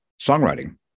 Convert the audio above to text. songwriting